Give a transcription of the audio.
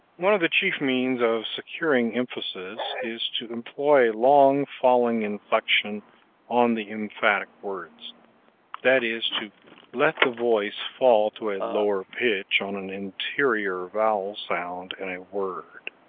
one of the chief means of securing emphasis is to employ a long falling inflection on the emphatic words that is, to let the voice fall to a lower pitch on an interior vowel sound in a word.